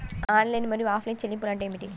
Online మరియు offline చెల్లింపులు అంటే ఏమిటి?